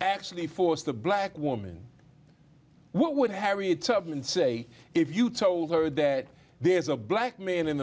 actually force the black woman what would harriet tubman say if you told her that there's a black man in